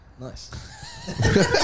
nice